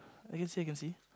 I guess here can see